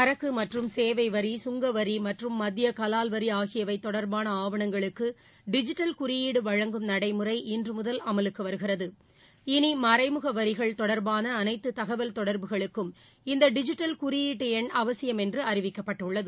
சரக்கு மற்றும் சேவை வரி கங்க வரி மற்றும் மத்திய கலால் வரி ஆகியவை தொடர்பான ஆவணங்களுக்கு டிஜிட்டல் குறியீடு வழங்கும் நடைமுறை இன்று முதல்று முதல் அமலுக்கு வருகிறது இனி மறைமுக வரிகள் தொடர்பான அனைத்து தகவல் தொடர்புகளுக்கும் இந்த டிஜிட்டல் குறீட்டெண் அவசியம் என்று அறிவிக்கப்பட்டுள்ளது